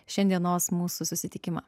šiandienos mūsų susitikimą